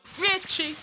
Richie